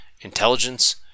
intelligence